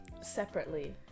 separately